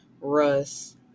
Russ